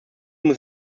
muss